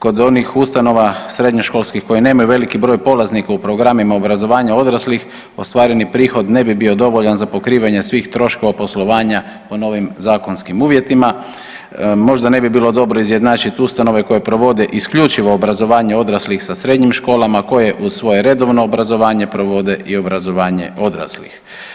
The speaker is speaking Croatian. Kod onih ustanova srednjoškolskih koji nemaju veliki broj polaznika u programima obrazovanja odraslih ostvareni prihod ne bi bio dovoljan za pokrivanje svih troškova poslovanja po novim zakonskim uvjetima, možda ne bi bilo dobro izjednačit ustanove koje provode isključivo obrazovanje odraslih sa srednjim školama koje uz svoje redovno obrazovanje provode i obrazovanje odraslih.